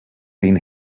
been